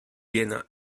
viena